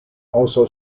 also